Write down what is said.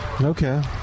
Okay